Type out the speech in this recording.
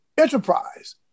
enterprise